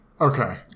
Okay